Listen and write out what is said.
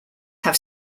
have